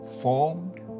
formed